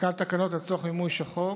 התקנת התקנות לצורך מימוש החוק.